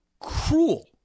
cruel